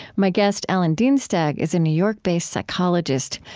my guest, alan dienstag, is a new york-based psychologist.